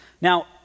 Now